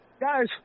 guys